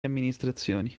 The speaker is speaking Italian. amministrazioni